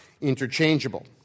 interchangeable